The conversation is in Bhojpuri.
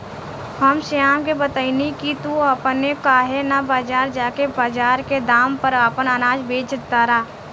हम श्याम के बतएनी की तू अपने काहे ना बजार जा के बजार के दाम पर आपन अनाज बेच तारा